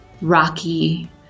rocky